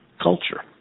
culture